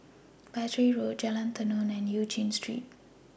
Battery Road Jalan Tenon and EU Chin Street